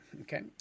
Okay